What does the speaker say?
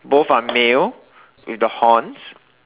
both are male with the horns